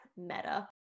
meta